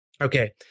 Okay